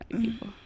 people